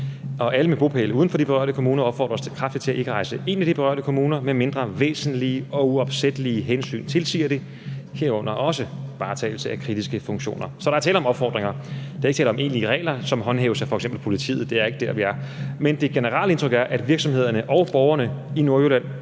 alle med bopæl uden for de berørte kommuner opfordres kraftigt til ikke at rejse ind i de berørte kommuner, medmindre væsentlige og uopsættelige hensyn tilsiger det, herunder også varetagelse af kritiske funktioner. Så der er tale om opfordringer – der er ikke tale om egentlige regler, som håndhæves af f.eks. politiet; det er ikke der, vi er. Men det generelle indtryk er, at virksomhederne og borgerne i